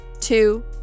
two